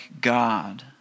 God